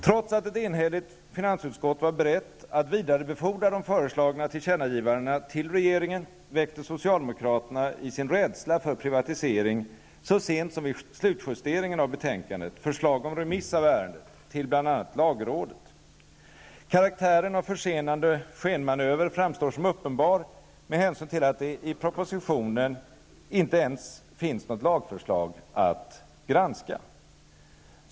Trots att ett enhälligt finansutskott var berett att vidarebefordra de föreslagna tillkännagivandena till regeringen, väckte socialdemokraterna i sin rädsla för privatisering så sent som vid slutjusteringen av betänkandet förslag om remiss av ärendet till bl.a. lagrådet. Karaktären av försenande skenmanöver framstår som uppenbar med hänsyn till att det i propositionen inte ens finns något lagförslag att granska.